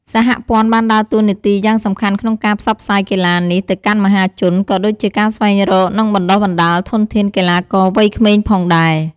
សហព័ន្ធបានដើរតួនាទីយ៉ាងសំខាន់ក្នុងការផ្សព្វផ្សាយកីឡានេះទៅកាន់មហាជន ក៏ដូចជាការស្វែងរក និងបណ្ដុះបណ្ដាលធនធានកីឡាករវ័យក្មេងផងដែរ។